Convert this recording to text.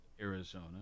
Arizona